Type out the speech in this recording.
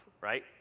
right